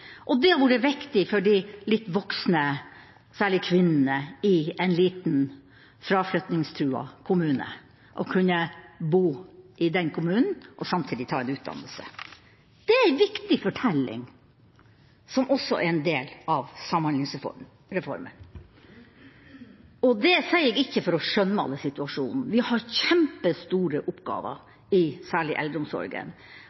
Det har vært viktig for de litt voksne, særlig kvinnene, i en liten, fraflyttingstruet kommune å kunne bo i den kommunen og samtidig ta en utdannelse. Det er ei viktig fortelling, som også er en del av Samhandlingsreformen. Det sier jeg ikke for å skjønnmale situasjonen. Vi har kjempestore oppgaver i særlig eldreomsorgen.